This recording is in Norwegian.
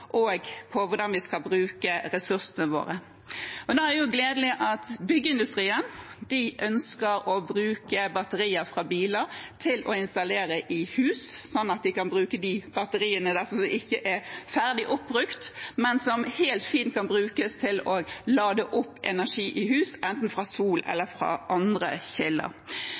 og på hvordan vi skal bruke ressursene våre. Da er det gledelig at byggeindustrien ønsker å bruke batterier fra biler til å installere i hus, sånn at de batteriene som ikke er ferdig oppbrukt, helt fint kan brukes til å lade opp energi i hus, enten fra sol eller fra andre kilder.